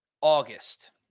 August